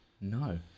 No